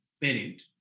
parent